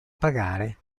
pagare